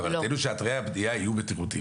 כוונתנו היא שאתרי הבנייה יהיו בטיחותיים.